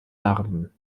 narben